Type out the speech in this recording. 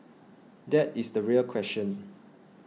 that is the real questions